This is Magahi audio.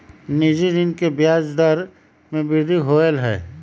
निजी ऋण के ब्याज दर में वृद्धि होलय है